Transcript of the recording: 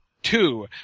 Two